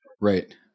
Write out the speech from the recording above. Right